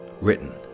Written